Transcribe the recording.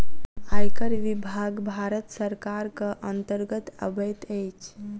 आयकर विभाग भारत सरकारक अन्तर्गत अबैत अछि